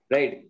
Right